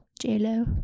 J-Lo